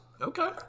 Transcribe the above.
Okay